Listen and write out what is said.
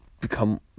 become